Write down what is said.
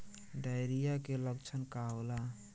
Diarrhoea के लक्षण का होला?